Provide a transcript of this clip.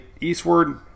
eastward